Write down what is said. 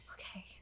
Okay